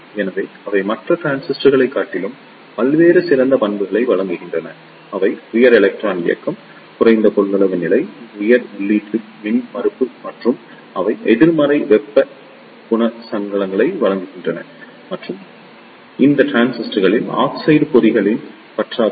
எனவே அவை மற்ற டிரான்சிஸ்டர்களைக் காட்டிலும் பல்வேறு சிறந்த பண்புகளை வழங்குகின்றன அவை உயர் எலக்ட்ரான் இயக்கம் குறைந்த கொள்ளளவு நிலை உயர் உள்ளீட்டு மின்மறுப்பு மற்றும் அவை எதிர்மறை வெப்பநிலை குணகங்களை வழங்குகின்றன மற்றும் உள்ளன இந்த டிரான்சிஸ்டர்களில் ஆக்சைடு பொறிகளின் பற்றாக்குறை